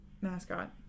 mascot